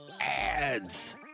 Ads